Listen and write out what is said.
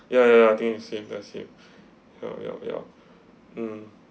ya ya ya I think it's him that's him yup yup yup mm